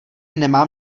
nemám